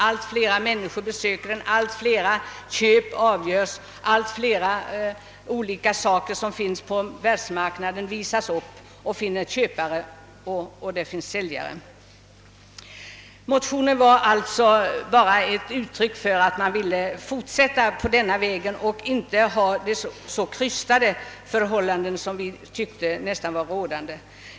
Allt fler människor besöker mässan, allt fler köp görs upp och allt fler produkter som finns på världsmarknaden visas upp. Motionen var också ett uttryck för att vi ville att man skulle fortsätta på denna väg genom att avlägsna de krystade förhållanden som vi anser nu vara rådande.